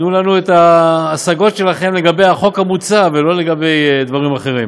תנו לנו את ההשגות שלכם לגבי החוק המוצע ולא לגבי דברים אחרים.